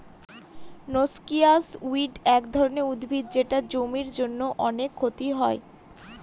noxious weed এক ধরনের উদ্ভিদ যেটা জমির জন্য অনেক ক্ষতি করে